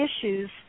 issues